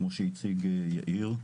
כפי שהציג יאיר גולן.